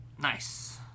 nice